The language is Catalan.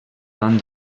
van